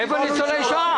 איפה ניצולי שואה?